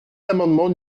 l’amendement